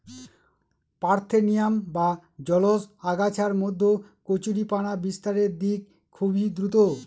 parthenium বা জলজ আগাছার মধ্যে কচুরিপানা বিস্তারের দিক খুবই দ্রূত